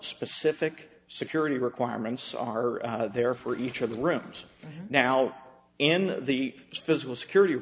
specific security requirements are there for each of the rooms now in the physical security